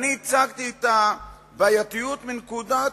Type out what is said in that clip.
ואני הצגתי את הבעייתיות מנקודת,